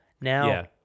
Now